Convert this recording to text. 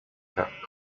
chuck